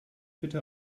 bitte